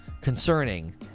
concerning